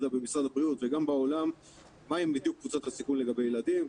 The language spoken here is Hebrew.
במשרד הבריאות וגם בעולם מה הם בדיוק קבוצות הסיכון לגבי ילדים.